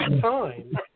time